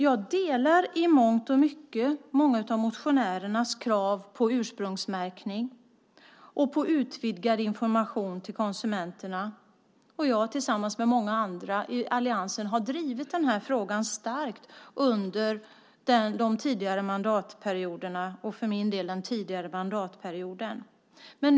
Jag delar i mångt och mycket motionärernas krav på ursprungsmärkning och på utvidgad information till konsumenterna. Jag har tillsammans med många andra i alliansen drivit den här frågan starkt under den tidigare mandatperioden.